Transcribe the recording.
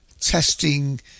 testing